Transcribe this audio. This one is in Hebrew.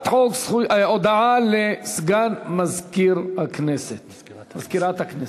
הודעה לסגן מזכירת הכנסת.